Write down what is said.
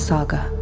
Saga